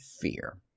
fear